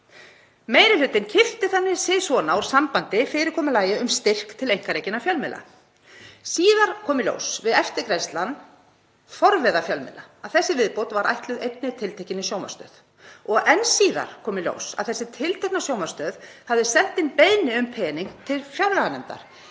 Meiri hlutinn kippti þannig sisvona úr sambandi fyrirkomulagi um styrk til einkarekinna fjölmiðla. Síðar kom í ljós við eftirgrennslan forviða fjölmiðla að þessi viðbót var ætluð einni tiltekinni sjónvarpsstöð og enn síðar kom í ljós að þessi tiltekna sjónvarpsstöð hafði sent inn beiðni um peninga til fjárlaganefndar,